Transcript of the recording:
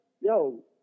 yo